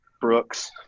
Brooks